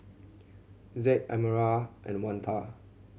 Zaid Almira and Oneta